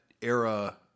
era